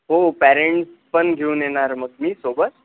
हो पॅरेंट पण घेऊन येणार मग मी सोबत